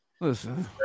Listen